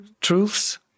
truths